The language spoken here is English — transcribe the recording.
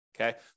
Okay